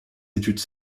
études